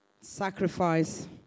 sacrifice